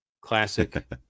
Classic